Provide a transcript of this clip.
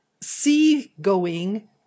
sea-going